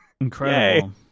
Incredible